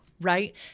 right